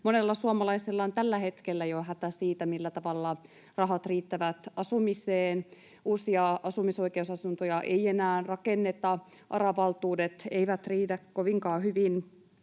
Monella suomalaisella on jo tällä hetkellä hätä siitä, millä tavalla rahat riittävät asumiseen. Uusia asumisoikeusasuntoja ei enää rakenneta, ARA-valtuudet eivät riitä kovinkaan hyvin,